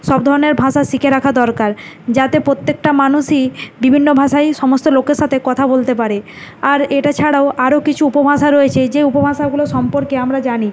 সব ধরনের ভাষা শিখে রাখা দরকার যাতে প্রত্যেকটা মানুষই বিভিন্ন ভাষায় সমস্ত লোকের সাথে কথা বলতে পারে আর এটা ছাড়াও আরো কিছু উপভাষা রয়েছে যে উপভাষাগুলো সম্পর্কে আমরা জানি